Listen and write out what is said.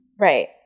Right